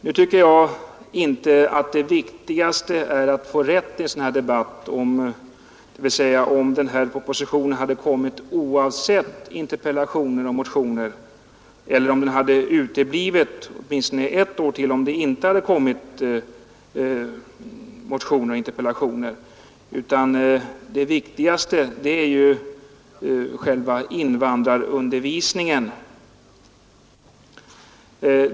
Jag tycker inte att det viktigaste är att få rätt i en debatt om denna proposition kommit oavsett interpellationer och motioner eller om den uteblivit åtminstone ett år till därest det inte väckts motioner och framställts interpellationer, utan det viktigaste är ju själva invandrarundervisningen.